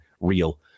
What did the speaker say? real